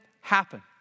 happen